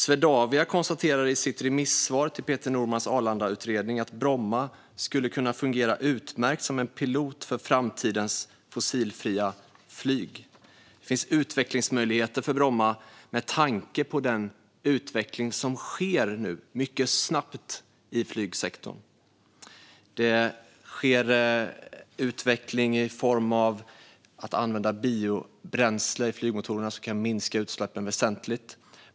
Swedavia konstaterar i sitt remissvar till Peter Normans Arlandautredning att Bromma skulle kunna fungera utmärkt som en pilot för framtidens fossilfria flyg. Det finns möjligheter för Bromma med tanke på den utveckling som sker mycket snabbt i flygsektorn. Det sker utveckling i form av biobränsle i flygmotorerna, som kan minska utsläppen väsentligt.